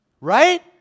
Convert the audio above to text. Right